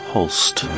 Holst